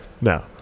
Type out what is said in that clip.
No